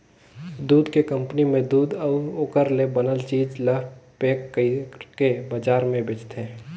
दूद के कंपनी में दूद अउ ओखर ले बनल चीज ल पेक कइरके बजार में बेचथे